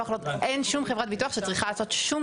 אין שום חברת ביטוח שצריכה לעשות שום